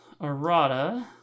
Arata